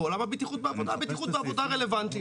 בעולם הבטיחות בעבודה בטיחות בעבודה רלוונטיים.